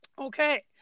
Okay